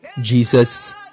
jesus